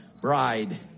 Bride